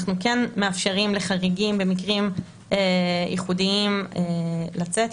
אנחנו כן מאפשרים לחריגים במקרים ייחודיים לצאת.